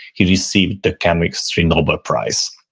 he received the chemistry nobel prize.